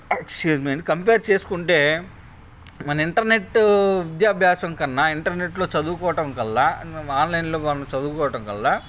excuse me అండి compare చేసుకుంటే మన ఇంటర్నెట్ విద్యాభ్యాసం కన్నా ఇంటర్నెట్లో చదువుకోవడం కన్నా మనం ఆన్లైన్లో మనం చదువుకోవడం కన్నా